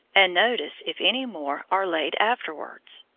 and notice if any more are laid afterwards.